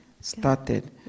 started